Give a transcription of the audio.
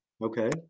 Okay